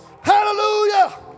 Hallelujah